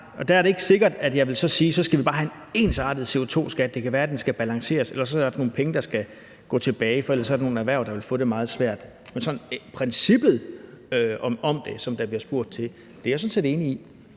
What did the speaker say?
der er det ikke sikkert, at jeg vil sige, at vi så bare skal have en ensartet CO2-skat. Det kan være, den skal balanceres, eller også at der er nogle penge, der skal føres tilbage, for ellers er der nogle erhverv, der vil få det meget svært. Men princippet i det, som der bliver spurgt til, er jeg sådan set enig i.